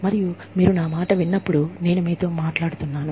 మరియు మీరు నా మాట విన్నప్పుడు నేను మీతో మాట్లాడుతున్నాను